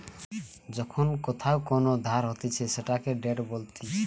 যখন কোথাও কোন ধার হতিছে সেটাকে ডেট বলতিছে